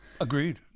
Agreed